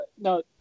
No